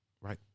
Right